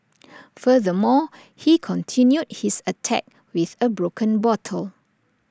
furthermore he continued his attack with A broken bottle